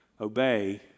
obey